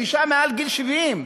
אישה מעל גיל 70,